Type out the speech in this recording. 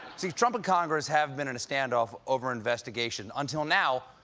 see, trump and congress have been in a standoff over investigations. until now,